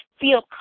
feel